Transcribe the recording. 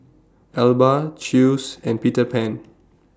Alba Chew's and Peter Pan